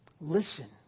Listen